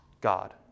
God